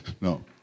No